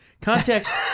context